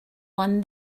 won